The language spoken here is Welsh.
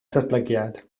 datblygiad